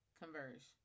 converge